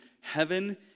heaven